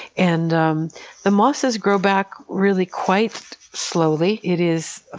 and um the mosses grow back really quite slowly. it is, ah